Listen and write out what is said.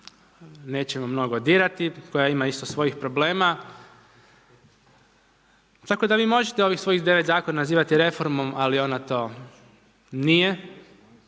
nećemo mnogo dirati, koja ima isto svojih problema. Tako da vi možete ovih svojih 9 zakona nazivati reformom ali ona to nije,